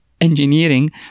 engineering